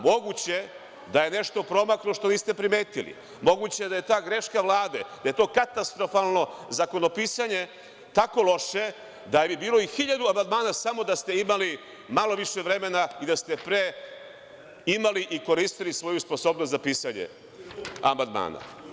Moguće je da je nešto promaklo što niste primetili, moguće je da je ta greška Vlade, da je to katastrofalno zakonopisanje tako loše da bi bilo i hiljadu amandmana samo da ste imali malo više vremena i da ste pre imali i koristili svoju sposobnost za pisanje amandmana.